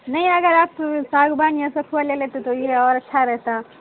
نہیں اگر آپ ساگون یا ساکھو لے لیتے تو یہ اور اچھا رہتا